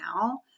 now